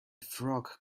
frog